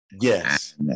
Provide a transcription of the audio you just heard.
Yes